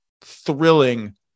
thrilling